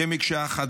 כמקשה אחת.